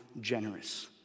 generous